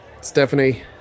Stephanie